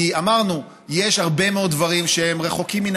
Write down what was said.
כי אמרנו: יש הרבה מאוד דברים שהם רחוקים מן